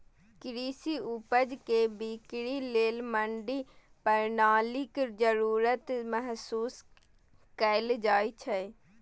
कृषि उपज के बिक्री लेल मंडी प्रणालीक जरूरत महसूस कैल जाइ छै